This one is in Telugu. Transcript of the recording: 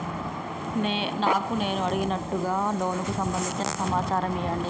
నాకు నేను అడిగినట్టుగా లోనుకు సంబందించిన సమాచారం ఇయ్యండి?